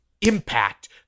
impact